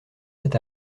cet